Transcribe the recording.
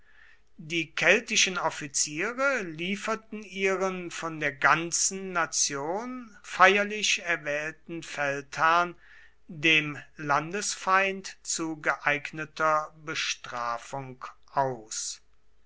die keltischen offiziere lieferten ihren von der ganzen nation feierlich erwählten feldherrn dem landesfeind zu geeigneter bestrafung aus